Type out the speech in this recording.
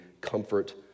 comfort